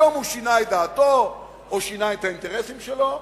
והיום הוא שינה את דעתו או שינה את האינטרסים שלו,